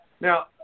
Now